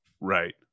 Right